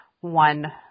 one